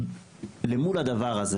למול הדבר הזה,